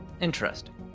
Interesting